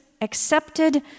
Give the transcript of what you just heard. accepted